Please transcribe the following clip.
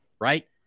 right